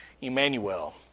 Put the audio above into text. Emmanuel